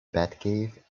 batcave